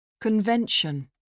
Convention